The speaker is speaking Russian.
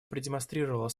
продемонстрировала